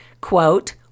quote